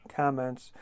comments